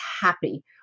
happy